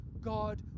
God